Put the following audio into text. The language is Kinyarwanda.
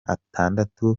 atandatu